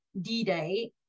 D-Day